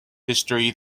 history